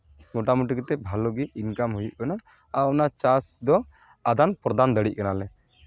ᱢᱳᱴᱟᱢᱩᱴᱤ ᱠᱟᱛᱮᱫ ᱵᱷᱟᱹᱞᱤᱜᱮ ᱤᱱᱠᱟᱢ ᱦᱩᱭᱩᱜ ᱠᱟᱱᱟ ᱟᱨ ᱚᱱᱟ ᱪᱟᱥ ᱫᱚ ᱟᱫᱟᱱ ᱯᱨᱚᱫᱟᱱ ᱫᱟᱲᱮᱜ ᱠᱟᱱᱟ ᱞᱮ